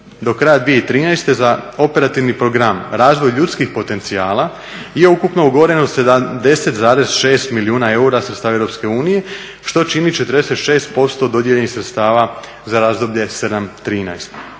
Do kraja 2013.za operativni Program Razvoj ljudskih potencijala je ukupno ugovoreno 70,6 milijuna eura sredstava EU što čini 46% dodijeljenih sredstava za razdoblje 7-13.